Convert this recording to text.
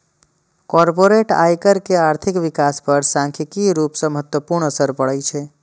corporate आयकर के आर्थिक विकास पर सांख्यिकीय रूप सं महत्वपूर्ण असर पड़ै छै